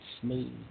smooth